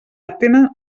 atenen